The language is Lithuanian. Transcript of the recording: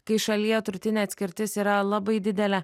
kai šalyje turtinė atskirtis yra labai didelė